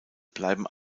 bleiben